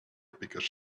because